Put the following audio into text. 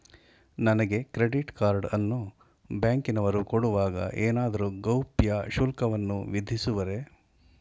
ನನಗೆ credit card ಅನ್ನು ಬ್ಯಾಂಕಿನವರು ಕೊಡುವಾಗ ಏನಾದರೂ ಗೌಪ್ಯ ಶುಲ್ಕವನ್ನು ವಿಧಿಸುವರೇ?